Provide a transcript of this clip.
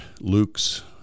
Luke's